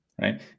right